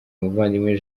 muvandimwe